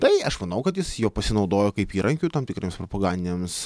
tai aš manau kad jis juo pasinaudojo kaip įrankiu tam tikriems propagandiniams